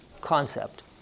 concept